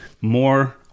more